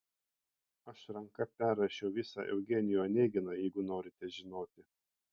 aš ranka perrašiau visą eugenijų oneginą jeigu norite žinoti